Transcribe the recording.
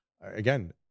again